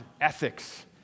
ethics